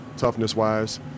toughness-wise